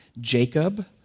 Jacob